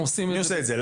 מי עושה את זה?